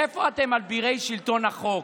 איפה אתם, אבירי שלטון החוק?